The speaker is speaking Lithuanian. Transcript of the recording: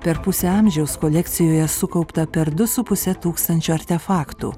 per pusę amžiaus kolekcijoje sukaupta per du su puse tūkstančio artefaktų